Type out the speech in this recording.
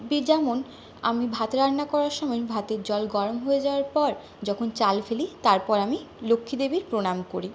B যেমন আমি ভাত রান্না করার সময় ভাতের জল গরম হয়ে যাওয়ার পর যখন চাল ফেলি তারপর আমি লক্ষ্মীদেবীর প্রণাম করি